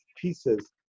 pieces